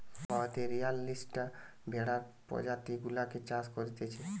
ভারতে বিয়াল্লিশটা ভেড়ার প্রজাতি গুলাকে চাষ করতিছে